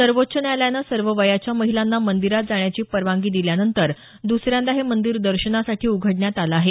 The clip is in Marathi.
सर्वोच्च न्यायालयानं सर्व वयाच्या महिलांना मंदिरात जाण्याची परवानगी दिल्यानंतर द्रसऱ्यांदा हे मंदिर दर्शनासाठी उघडण्यात आलं आहे